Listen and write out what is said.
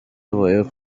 habayeho